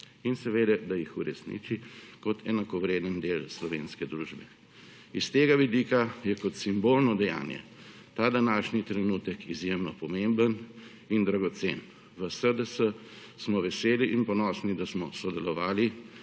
in seveda, da jih uresniči kot enakovreden del slovenske družbe. Iz tega vidika je kot simbolno dejanje, ta današnji trenutek izjemno pomemben in dragocen. V SDS smo veseli in ponosni, da smo sodelovali